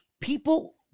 People